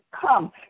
come